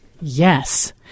Yes